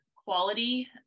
quality